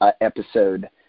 episode